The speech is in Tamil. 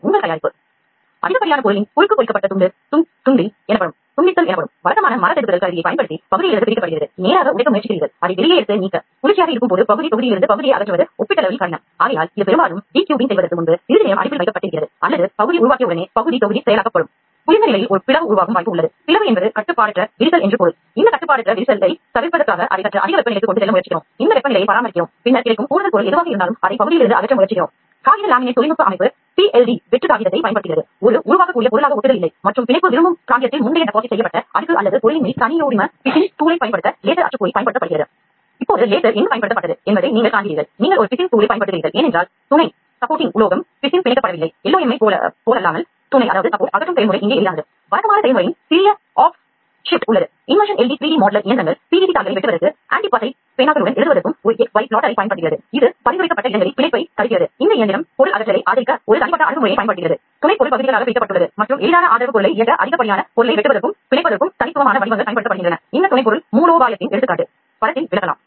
முன்னர் குறிப்பிட்டபடி இந்த திரவத்தை உருவாக்குவது ஒரு உருகலை உருவாக்க பொருளின் வெப்ப செயலாக்கம் மூலமாகவோ அல்லது பொருள் ஜெல் வடிவத்தில் இருக்கும் சில வகையான ரசாயன செயல்முறைகளைப் பயன்படுத்துவதன் மூலமாகவோ இருக்கலாம்